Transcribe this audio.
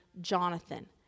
Jonathan